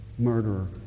murderer